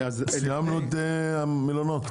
סיימנו עם המלונות?